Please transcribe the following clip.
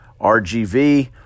RGV